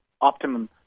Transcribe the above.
optimum